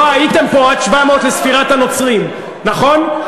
לא הייתם פה עד 700 לספירת הנוצרים, נכון?